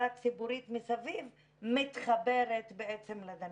הציבורית מסביב מתחברת בעצם לדנית.